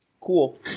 Cool